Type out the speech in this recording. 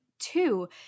Two